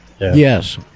Yes